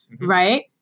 right